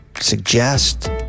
suggest